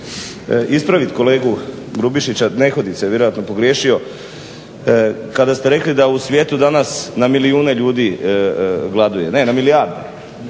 ispraviti kolegu Grubišića, nehotice je vjerojatno pogriješio kada ste rekli da u svijetu danas na milijune ljudi gladuje, ne na milijarde.